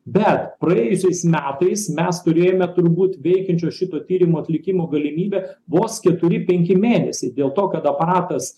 bet praėjusiais metais mes turėjome turbūt veikiančio šito tyrimo atlikimo galimybę vos keturi penki mėnesiai dėl to kad aparatas